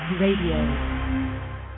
Radio